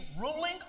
ruling